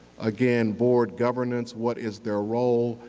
again, board governance, what is their role,